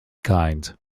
kind